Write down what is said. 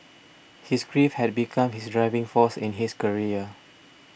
his grief had become his driving force in his career